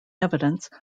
evidence